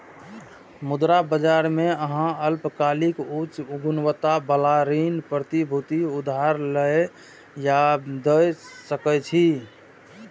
मुद्रा बाजार मे अहां अल्पकालिक, उच्च गुणवत्ता बला ऋण प्रतिभूति उधार लए या दै सकै छी